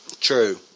True